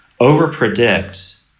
overpredict